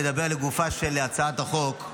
נדבר לגופה של הצעת החוק.